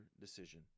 decision